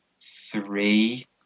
three